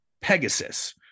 Pegasus